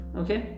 okay